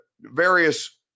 various